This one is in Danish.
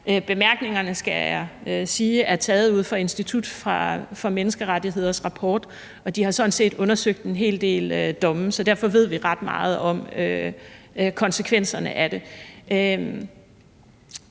jeg sige er taget ud fra Institut for Menneskerettigheders rapport, og de har sådan set undersøgt en hel del domme, så derfor ved vi ret meget om konsekvenserne af det.